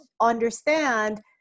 understand